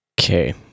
Okay